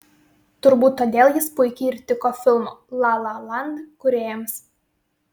turbūt todėl jis puikiai ir tiko filmo la la land kūrėjams